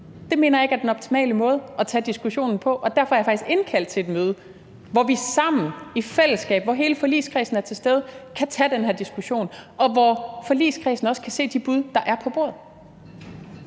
stede – ikke er den optimale måde at tage diskussionen på. Derfor har jeg faktisk indkaldt til et møde, hvor vi sammen, i fællesskab, hvor hele forligskredsen er til stede, kan tage den her diskussion, og hvor forligskredsen også kan se de bud, der er på bordet.